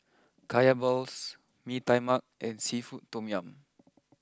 Kaya Balls Mee Tai Mak and Seafood Tom Yum